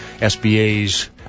SBA's